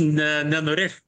ne nenorėčiau